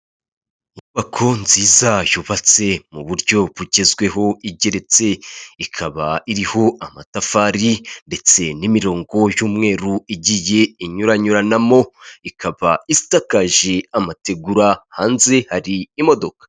Inyubako nziza yubatse mu buryo bugezweho igereritse, ikaba iriho amatafari ndetse n'imirongo y'umweru igiye inyuranyuranamo, ikaba isakaje amategura, hanze hari imodoka.